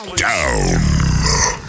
down